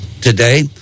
Today